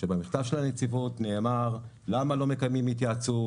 במכתב של הנציבות נאמר למה לא מקיימים התייעצות,